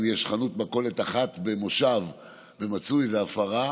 אם יש חנות מכולת אחת במושב ומצאו איזו הפרה,